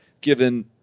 given